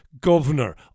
governor